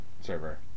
server